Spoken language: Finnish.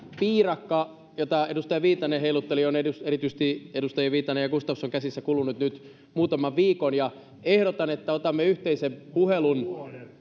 piirakka jota edustaja viitanen heilutteli on erityisesti edustaja viitasen ja edustaja gustafssonin käsissä kulunut nyt muutaman viikon ja ehdotan että otamme yhteisen puhelun